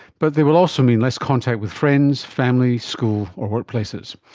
but they will also mean less contact with friends, families, school or workplaces.